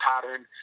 pattern